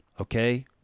okay